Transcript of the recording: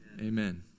Amen